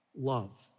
love